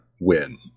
win